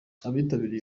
abitabiriye